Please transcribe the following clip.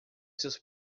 seus